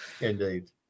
Indeed